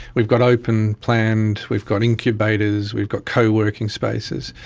we've got open planned, we've got incubators, we've got co-working spaces.